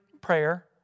prayer